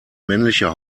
männliche